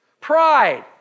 Pride